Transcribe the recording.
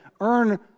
earn